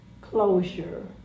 closure